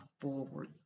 forward